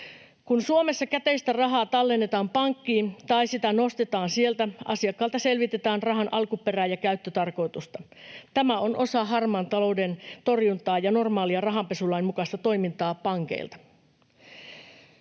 Kun Suomessa käteistä rahaa tallennetaan pankkiin tai sitä nostetaan sieltä, asiakkaalta selvitetään rahan alkuperää ja käyttötarkoitusta. Tämä on osa harmaan talouden torjuntaa ja normaalia rahanpesulain mukaista toimintaa pankeilta.